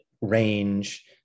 range